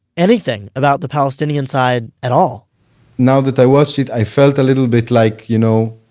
anything about the palestinian side at all now that i watched it, i felt a little bit like, you know,